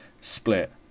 Split